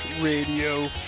Radio